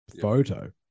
photo